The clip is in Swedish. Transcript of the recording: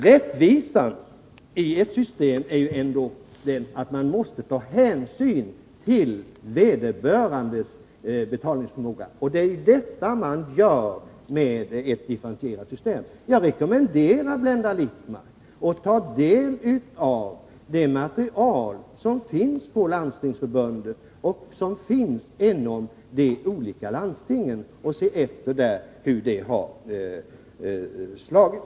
Rättvisa i ett system är ju ändå att man tar hänsyn till vederbörandes betalningsförmåga, och det är detta man gör med ett differentierat system. Jag rekommenderar Blenda Littmarck att ta del av det material som finns på Landstingsförbundet och inom de olika landstingen. Se efter där hur systemet har slagit!